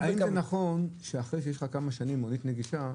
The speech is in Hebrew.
האם נכון שאחרי שיש לך במשך כמה שנים מונית נגישה,